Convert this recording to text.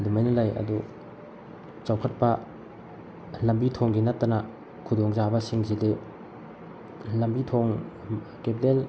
ꯑꯗꯨꯃꯥꯏꯅ ꯂꯩ ꯑꯗꯨ ꯆꯥꯎꯈꯠꯄ ꯂꯝꯕꯤ ꯊꯣꯡꯒꯤ ꯅꯠꯇꯅ ꯈꯨꯗꯣꯡ ꯆꯥꯕꯁꯤꯡꯁꯤꯗꯤ ꯂꯝꯕꯤ ꯊꯣꯡ ꯀꯦꯄꯤꯇꯦꯜ